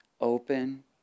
open